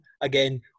again